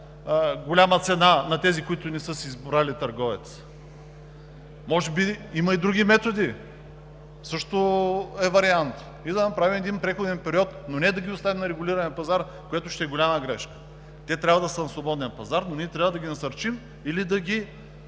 голяма цена на тези, които не са си избрали търговец, може би има и други методи – също е вариант, и да направим един преходен период, но не да ги оставим на регулирания пазар, което ще е голяма грешка. Те трябва да са на свободния пазар, но ние трябва да ги насърчим или който